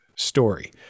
story